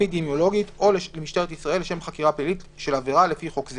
אפידמיולוגית או למשטרת ישראל לשם חקירה פלילית של עבירה לפי חוק זה"